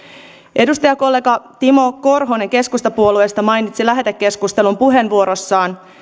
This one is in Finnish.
edustajakollega timo korhonen keskustapuolueesta mainitsi lähetekeskustelun puheenvuorossaan